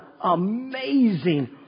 amazing